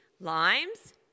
limes